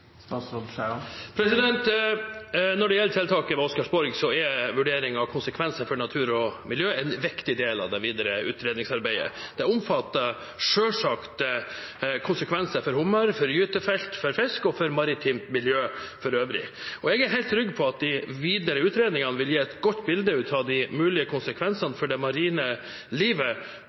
Når det gjelder tiltaket ved Oscarsborg, er vurderingen av konsekvenser for natur og miljø en viktig del av det videre utredningsarbeidet. Det omfatter selvsagt konsekvenser for hummer, for gytefelt for fisk og for maritimt miljø for øvrig. Jeg er helt trygg på at de videre utredningene vil gi et godt bilde av de mulige konsekvensene for det marine livet